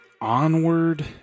Onward